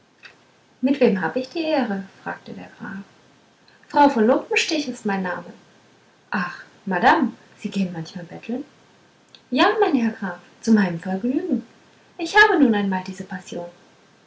mit wem hab ich die ehre fragte der graf frau von lumpenstich ist mein name ach madame sie gehn manchmal betteln ja mein herr graf zu meinem vergnügen ich habe nun einmal diese passion